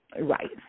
Right